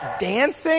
dancing